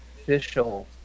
official